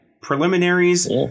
Preliminaries